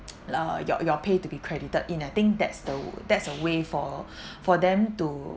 uh your your pay to be credited in I think that's the that's a way for for them to